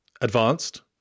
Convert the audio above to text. advanced